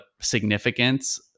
significance